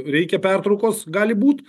reikia pertraukos gali būt